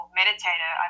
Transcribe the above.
meditator